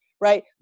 right